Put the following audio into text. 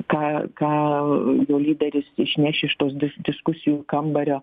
ką ką jo lyderis išneš iš tos diskusijų kambario